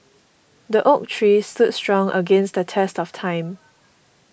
the oak tree stood strong against the test of time